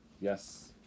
yes